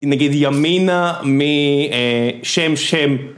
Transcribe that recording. נגיד ימינה משם-שם